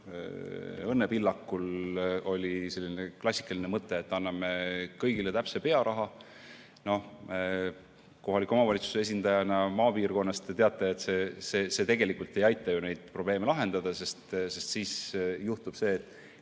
Õnne Pillakul oli selline klassikaline mõtte, et anname kõigile täpse pearaha –, te kohaliku omavalitsuse esindajana maapiirkonnast teate, et see tegelikult ei aita ju neid probleeme lahendada. Sest siis juhtub see, et